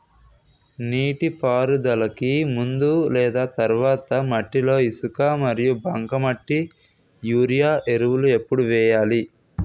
నీటిపారుదలకి ముందు లేదా తర్వాత మట్టిలో ఇసుక మరియు బంకమట్టి యూరియా ఎరువులు ఎప్పుడు వేయాలి?